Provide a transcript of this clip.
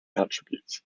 attributes